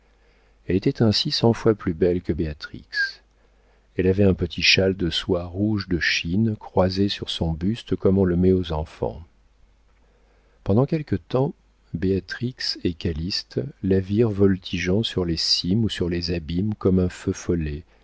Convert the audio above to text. elle était ainsi cent fois plus belle que béatrix elle avait un petit châle de soie rouge de chine croisé sur son buste comme on le met aux enfants pendant quelque temps béatrix et calyste la virent voltigeant sur les cimes ou sur les abîmes comme un feu follet